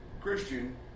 Christian